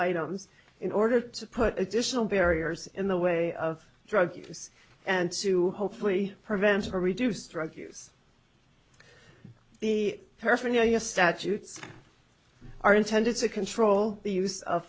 items in order to put additional barriers in the way of drug use and to hopefully prevent or reduce drug use the paraphernalia statutes are intended to control the use